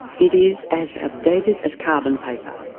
it is as outdated as carbon paper.